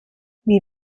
wie